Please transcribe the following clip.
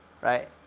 Right